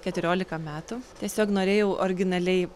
keturiolika metų tiesiog norėjau originaliai